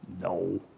No